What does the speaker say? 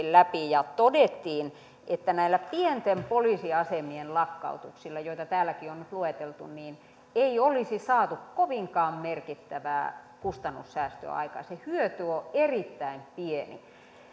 läpi ja todettiin että näiden pienten poliisiasemien lakkautuksilla joita täälläkin on nyt lueteltu ei olisi saatu kovinkaan merkittävää kustannussäästöä aikaiseksi se hyöty on erittäin pieni